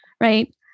right